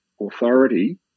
authority